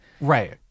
Right